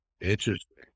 Interesting